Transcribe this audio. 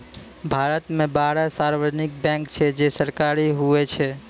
भारत मे बारह सार्वजानिक बैंक छै जे सरकारी हुवै छै